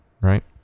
right